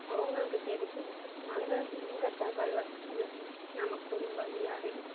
அவங்களுக்கு தெரிஞ்சு அங்கேருந்து இங்கே தபால் வரத்துக்குள்ள நமக்கு ஒரு வழி ஆகிடும்